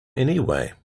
anyway